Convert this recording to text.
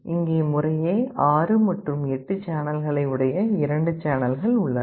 இங்கே முறையே ஆறு மற்றும் எட்டு சேனல்களை உடைய இரண்டு சேனல்கள் உள்ளன